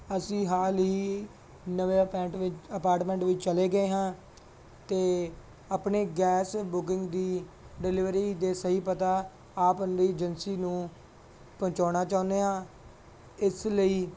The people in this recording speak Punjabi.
ਅਸੀਂ ਹਾਲ ਹੀ ਨਵੇਂ ਅਪੈਟ ਵਿੱਚ ਅਪਾਟਮੈਂਟ ਵਿੱਚ ਚਲੇ ਗਏ ਹਾਂ ਅਤੇ ਆਪਣੇ ਗੈਸ ਬੁਕਿੰਗ ਦੀ ਡਿਲੀਵਰੀ ਦਾ ਸਹੀ ਪਤਾ ਆਪ ਦੀ ਏਜੈਂਸੀ ਨੂੰ ਪਹੁੰਚਾਉਣਾ ਚਾਹੁੰਦੇ ਹਾਂ ਇਸ ਲਈ